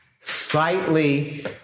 Slightly